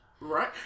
right